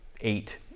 eight